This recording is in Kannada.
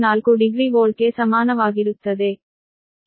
4 ಡಿಗ್ರಿ ವೋಲ್ಟ್ಗೆ ಸಮಾನವಾಗಿರುತ್ತದೆ